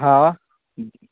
हा